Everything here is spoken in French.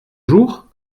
jour